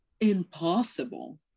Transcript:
impossible